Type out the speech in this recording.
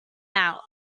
out